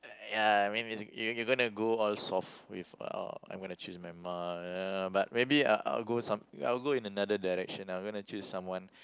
ya I mean is you gonna go all soft with uh I'm gonna choose my mom but maybe I'll I'll go some I'll go in another direction I'm gonna choose someone